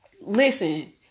Listen